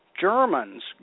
Germans